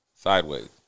sideways